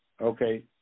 Okay